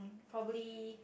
probably